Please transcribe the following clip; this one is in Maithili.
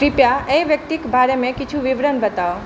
कृपया एहि व्यक्तिक बारे मे किछु विवरण बताउ